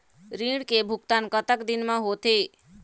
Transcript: ऋण के भुगतान कतक दिन म होथे?